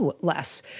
less